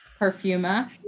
perfuma